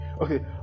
okay